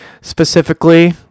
specifically